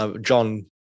John